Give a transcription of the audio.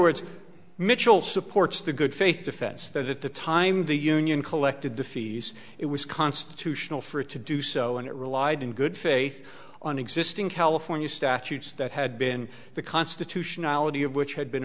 words mitchell supports the good faith defense that at the time the union collected the fees it was constitutional for it to do so and it relied in good faith on existing california statutes that had been the constitutionality of which had been